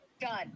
done